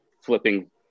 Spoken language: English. flipping